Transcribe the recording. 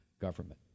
government